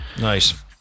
Nice